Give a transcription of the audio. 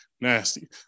Nasty